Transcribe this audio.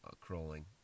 crawling